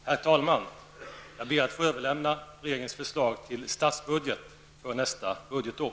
Herr talman! Jag ber att få överlämna regeringens förslag till statsbudget för nästa budgetår.